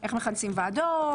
איך מכנסים ועדות.